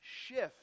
shift